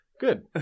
Good